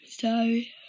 sorry